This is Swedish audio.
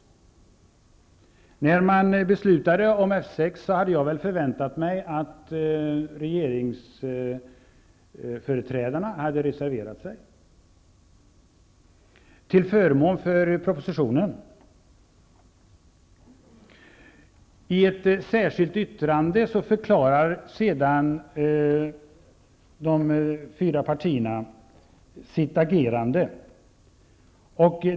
När man fastnade för F 6 hade jag väntat mig att regeringsföreträdarna skulle ha reserverat sig till förmån för förslaget i propositionen. I ett särskilt yttrande förklarar de fyra partierna sitt agerande.